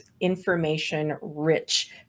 information-rich